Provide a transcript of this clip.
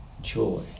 joy